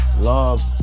love